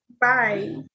Bye